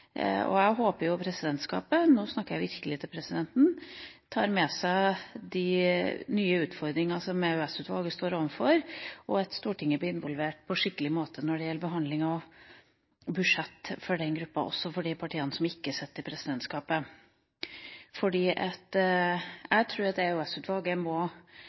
og jeg håper presidentskapet – nå snakker jeg virkelig til presidenten – tar med seg de nye utfordringene som EOS-utvalget står overfor, og at Stortinget, også de partiene som ikke sitter i presidentskapet, blir involvert på en skikkelig måte når det gjelder behandlinga av